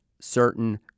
certain